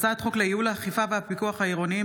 הצעת חוק לייעול האכיפה והפיקוח העירוניים